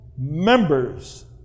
members